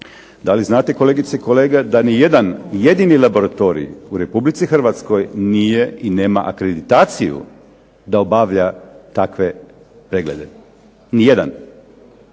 Da li znate, kolegice i kolege, da ni jedan jedini laboratorij u RH nije i nema akreditaciju da obavlja takva preglede. Nijedan.